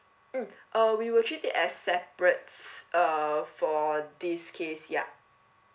mm uh we will treat it as separate uh for this case ya